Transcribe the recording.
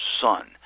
son